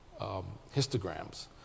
histograms